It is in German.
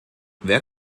wer